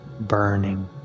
Burning